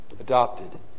adopted